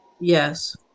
Yes